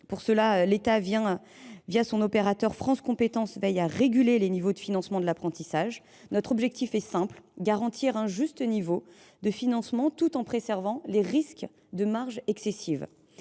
Pour cela, l’État, son opérateur France Compétences, veille à réguler les niveaux de financement de l’apprentissage. Notre objectif est simple : garantir un juste niveau de financement tout en prévenant le risque de marges excessives.